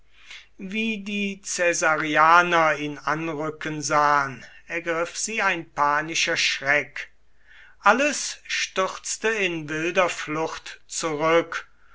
wie die caesarianer ihn anrücken sahen ergriff sie ein panischer schreck alles stürzte in wilder flucht zurück